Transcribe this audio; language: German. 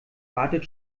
wartet